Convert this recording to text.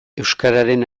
euskararen